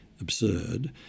absurd